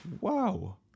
wow